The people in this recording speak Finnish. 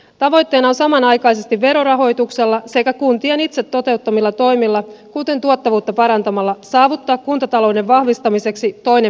tavoitteena on samanaikaisesti verorahoituksella sekä kuntien itse toteuttamilla toimilla kuten tuottavuutta parantamalla saavuttaa kuntatalouden vahvistamiseksi toinen miljardi